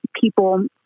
people